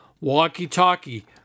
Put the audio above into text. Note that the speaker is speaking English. walkie-talkie